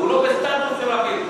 הוא לא בסטטוס של רב עיר.